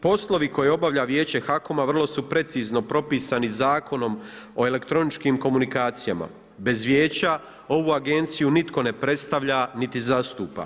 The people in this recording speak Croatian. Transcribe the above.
Poslove koje obavlja Vijeće HAKOM-a vrlo su precizno propisani Zakonom o elektroničkim komunikacijama, bez vijeća ovu agenciju nitko ne predstavlja niti zastupa.